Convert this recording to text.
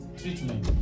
treatment